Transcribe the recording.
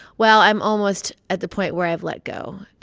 well, i'm almost at the point where i've let go.